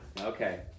Okay